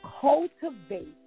cultivate